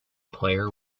player